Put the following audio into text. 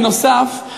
הנוסף,